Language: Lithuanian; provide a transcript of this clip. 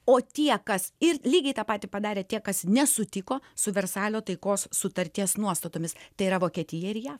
o tie kas ir lygiai tą patį padarė tie kas nesutiko su versalio taikos sutarties nuostatomis tai yra vokietija ir jav